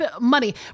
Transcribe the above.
money